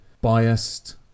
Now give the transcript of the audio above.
biased